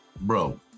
Bro